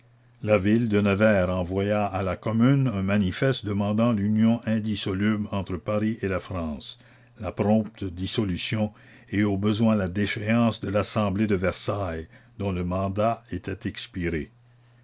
la ville de nevers envoya à la commune un manifeste demandant l'union indissoluble entre paris et la france la prompte dissolution et au besoin la déchéance de l'assemblée de versailles dont le mandat était expiré